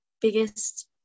biggest